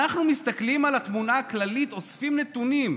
אנחנו מסתכלים על התמונה הכללית, אוספים נתונים,